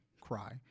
cry